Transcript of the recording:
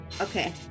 Okay